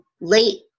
late